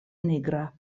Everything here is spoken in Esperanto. nigra